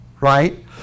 Right